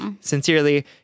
Sincerely